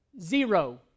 Zero